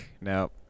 no